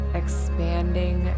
expanding